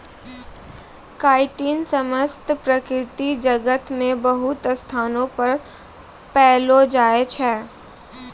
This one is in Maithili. काइटिन समस्त प्रकृति जगत मे बहुते स्थानो पर पैलो जाय छै